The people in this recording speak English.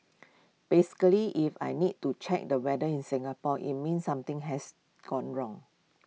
basically if I need to check the weather in Singapore IT means something has gone wrong